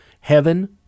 Heaven